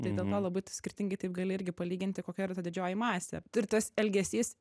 tai dėl to labai tu skirtingi taip gali irgi palyginti kokia yra ta didžioji masė ir tas elgesys